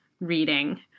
reading